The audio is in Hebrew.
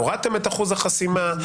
הורדתם את אחוז החסימה,